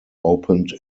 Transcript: opened